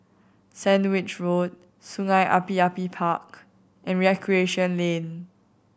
Sandwich Road Sungei Api Api Park and Recreation Lane